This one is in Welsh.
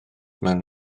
mewn